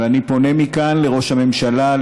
ואני פונה מכאן לראש הממשלה,